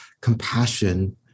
compassion